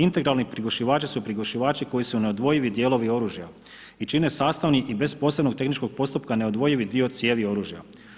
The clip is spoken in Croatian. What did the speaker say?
Integralni prigušivači su prigušivači koji su neodvojivi dijelovi oružja i čine sastavni i bez posebnog tehničkog postupka neodvojivi dio cijevi oružja.